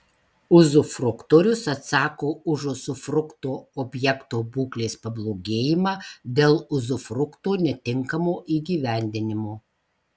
uzufruktorius atsako už uzufrukto objekto būklės pablogėjimą dėl uzufrukto netinkamo įgyvendinimo